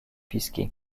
confisqués